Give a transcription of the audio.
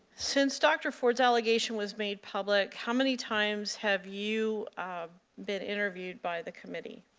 sense dr. ford's allegation was made public, how many times have you been interviewed by the committee?